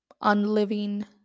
unliving